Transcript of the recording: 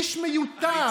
איש מיותר,